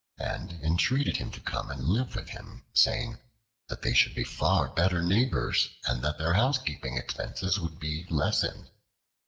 and entreated him to come and live with him, saying that they should be far better neighbors and that their housekeeping expenses would be lessened.